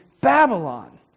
Babylon